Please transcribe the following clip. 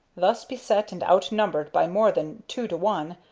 thus beset and outnumbered by more than two to one,